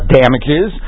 damages